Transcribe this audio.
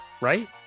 right